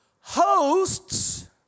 Hosts